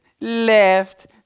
left